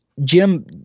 Jim